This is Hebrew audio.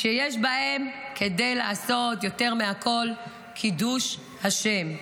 שיש בהן כדי לעשות יותר מהכול קידוש השם.